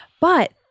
But-